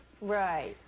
Right